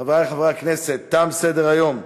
חברי חברי הכנסת, תם סדר-היום.